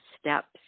steps